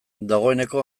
dagoeneko